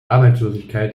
arbeitslosigkeit